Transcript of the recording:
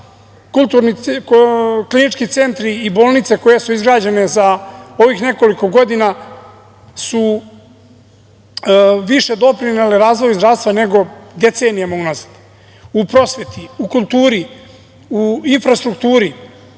klinički centri i bolnice koje su izgrađene za ovih nekoliko godina su više doprinele razvoju zdravstva nego decenijama unazad, u prosveti, u kulturi, u infrastrukturi,